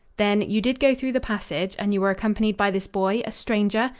then, you did go through the passage? and you were accompanied by this boy, a stranger?